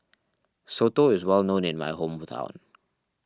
Soto is well known in my hometown